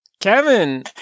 Kevin